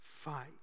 fight